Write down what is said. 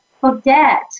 forget